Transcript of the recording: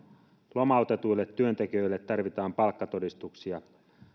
lomautetuille työntekijöille tarvitaan palkkatodistuksia